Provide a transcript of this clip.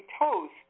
toast